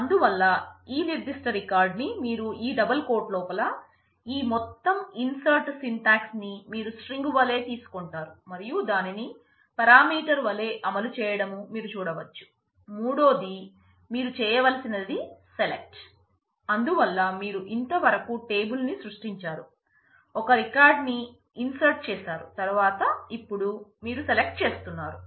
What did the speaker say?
అందువల్ల ఈ నిర్ధిష్ట రికార్డ్ ని మీరు ఈ డబుల్ కోట్ లోపల ఈ మొత్తం ఇన్సర్ట్ సింటాక్స్ చేశారు తరువాత ఇప్పుడు మీరు సెలక్ట్ చేస్తున్నారు